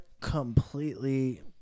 completely